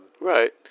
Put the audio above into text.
Right